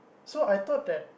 so I thought that